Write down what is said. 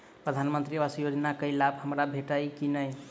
प्रधानमंत्री आवास योजना केँ लाभ हमरा भेटतय की नहि?